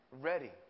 ready